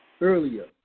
earlier